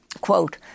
Quote